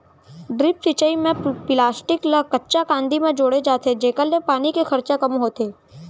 drip सिंचई म plastic ल कच्चा कांदी म जोड़े जाथे जेकर ले पानी के खरचा कम होथे